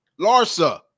larsa